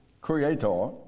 creator